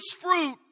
fruit